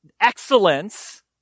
excellence